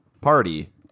party